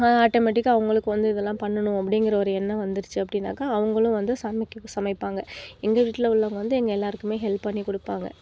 ஆட்டோமெட்டிக்காக அவங்களுக்கு வந்து இதல்லாம் பண்ணணும் அப்டிங்கிற ஒரு எண்ணம் வந்துடுச்சி அப்படினாக்க அவங்களும் வந்து சமைப்பாங்க எங்கள் வீட்டில் உள்ளவங்கள் வந்து எங்கள் எல்லோருக்குமே ஹெல்ப் பண்ணி கொடுப்பாங்க